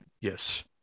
Yes